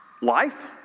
life